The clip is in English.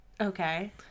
Okay